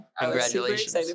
congratulations